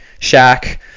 Shaq